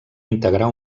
integrar